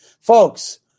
Folks